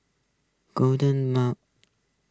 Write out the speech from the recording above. golden mom